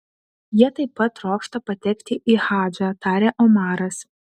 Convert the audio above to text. jie taip pat trokšta patekti į hadžą tarė omaras